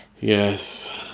Yes